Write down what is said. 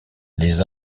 les